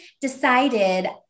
decided